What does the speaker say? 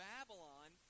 Babylon